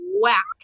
Whack